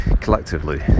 Collectively